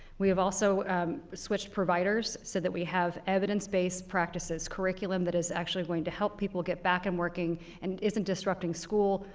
we have also switched providers so that we have evidence-based practices, curriculum that is actually going to help people get back and working and isn't disrupting school,